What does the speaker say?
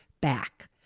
back